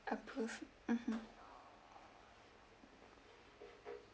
approved mmhmm